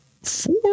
Four